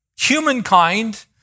humankind